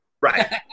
Right